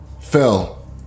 Phil